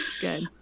good